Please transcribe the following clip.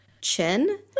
Chin